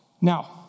Now